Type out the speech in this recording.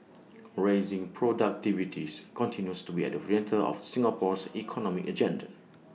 raising productivities continues to be at the centre of Singapore's economic agenda